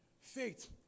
Faith